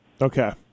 Okay